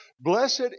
Blessed